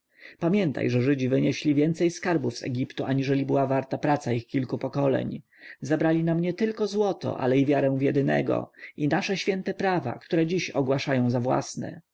pamiętaj że żydzi wynieśli więcej skarbów z egiptu aniżeli była warta praca ich kilku pokoleń zabrali nam nietylko złoto ale i wiarę w jedynego i nasze święte prawa które dziś ogłaszają za własne